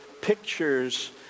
pictures